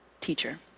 teacher